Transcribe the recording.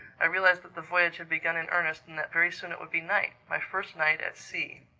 i realized that the voyage had begun in earnest and that very soon it would be night my first night at sea!